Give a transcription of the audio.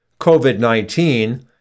COVID-19